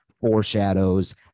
foreshadows